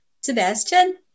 Sebastian